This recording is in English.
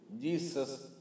Jesus